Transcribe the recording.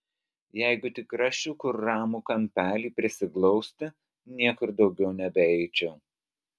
jeigu tik rasčiau kur ramų kampelį prisiglausti niekur daugiau nebeeičiau